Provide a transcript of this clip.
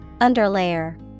Underlayer